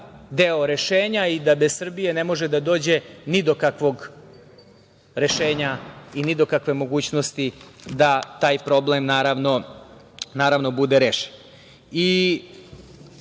deo rešenja i da bez Srbije ne može da dođe ni do kakvog rešenja i ni do kakve mogućnosti da taj problem bude rešen. Moram